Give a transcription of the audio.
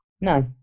No